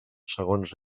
segons